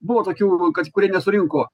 buvo tokių kad kurie nesurinko